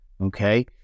Okay